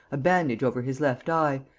a bandage over his left eye,